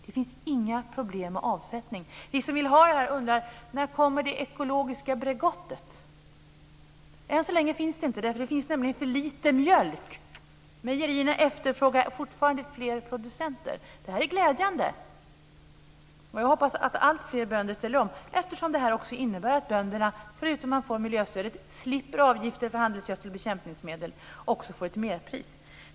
Det finns inga problem med avsättningen. Vi som vill ha detta undrar när det kommer ett ekologiskt Bregott. Än så länge finns det inte, eftersom det finns för lite mjölk. Mejerierna efterfrågar fortfarande fler producenter. Detta är glädjande. Jag hoppas att alltfler bönder ställer om. Det här innebär ju också att bönderna, förutom att de får miljöstödet, slipper avgifter för handelsgödsel och bekämpningsmedel samtidigt som man får ett merpris.